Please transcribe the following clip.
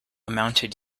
mounted